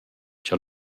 cha